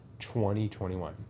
2021